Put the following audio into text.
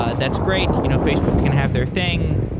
ah that's great. you know facebook can have their thing.